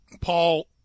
Paul